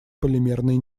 полимерной